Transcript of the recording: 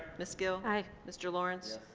miss gill? aye. mr. lawrence?